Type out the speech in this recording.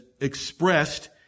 expressed